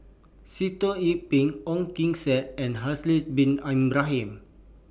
Sitoh Yih Pin Ong Kim Seng and Haslir Bin Ibrahim